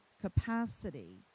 capacity